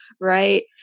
Right